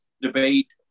debate